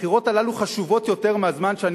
הבחירות הללו חשובות יותר מהזמן שאני